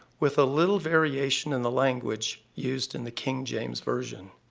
with a little variation in the language used in the king james version